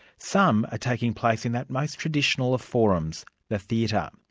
some are taking place in that most traditional of forums, the theatre. um